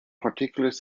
particularly